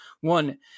One